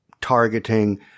targeting